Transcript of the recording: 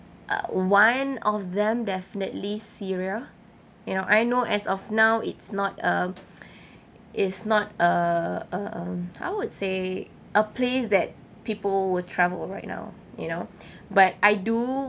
uh one of them definitely syria you know I know as of now it's not um it's not uh um I would say a place that people will travel right now you know but I do